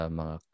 mga